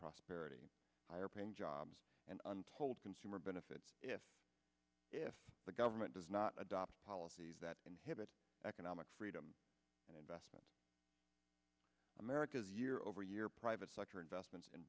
prosperity higher paying jobs and untold consumer benefits if if the government does not adopt policies that inhibit economic freedom and investment america's year over year private sector investment in